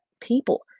People